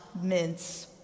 mince